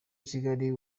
kigali